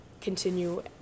continue